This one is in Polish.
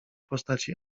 postaci